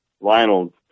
Lionel